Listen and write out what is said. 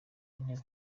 w’intebe